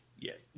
Yes